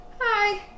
hi